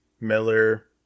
Miller